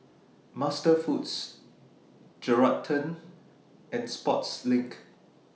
MasterFoods Geraldton and Sportslink